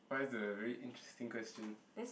!wah! this is a very interesting question